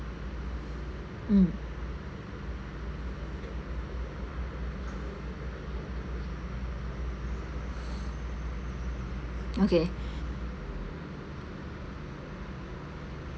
mm okay